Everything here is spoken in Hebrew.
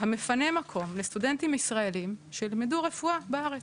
המפנה מקום לסטודנטים ישראלים שילמדו רפואה בארץ,